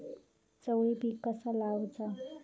चवळी पीक कसा लावचा?